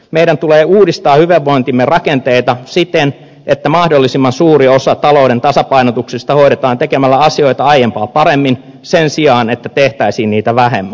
meidän tulee uudistaa hyvinvointimme rakenteita siten että mahdollisimman suuri osa talouden tasapainotuksesta hoidetaan tekemällä asioita aiempaa paremmin sen sijaan että tehtäisiin niitä vähemmän